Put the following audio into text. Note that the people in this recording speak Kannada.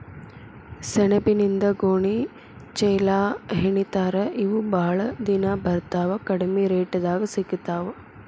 ಸೆಣಬಿನಿಂದ ಗೋಣಿ ಚೇಲಾಹೆಣಿತಾರ ಇವ ಬಾಳ ದಿನಾ ಬರತಾವ ಕಡಮಿ ರೇಟದಾಗ ಸಿಗತಾವ